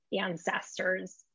ancestors